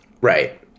Right